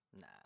nah